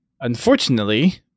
Unfortunately